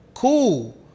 Cool